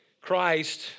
Christ